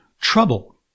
trouble